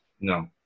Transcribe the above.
No